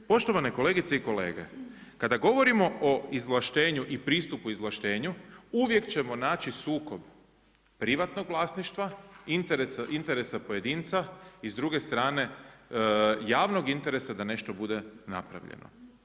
Poštovane kolegice i kolege, kada govorimo o izvlaštenju i pristupu izvlaštenju uvijek ćemo naći sukob privatnog vlasništva, interesa pojedinca i s druge strane javnog interesa da nešto bude napravljeno.